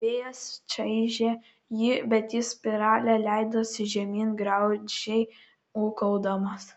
vėjas čaižė jį bet jis spirale leidosi žemyn graudžiai ūkaudamas